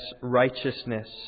righteousness